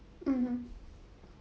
mmhmm